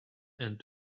and